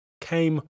came